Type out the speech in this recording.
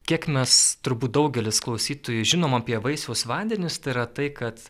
kiek mes turbūt daugelis klausytojų žinom apie vaisiaus vandenis tai yra tai kad